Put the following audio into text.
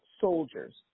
soldiers